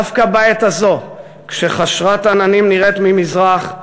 דווקא בעת הזו, כשחשרת עננים נראית ממזרח,